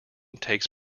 takes